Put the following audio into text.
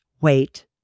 wait